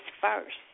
first